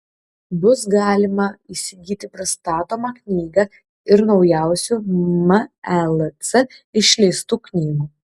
bus galima įsigyti pristatomą knygą ir naujausių melc išleistų knygų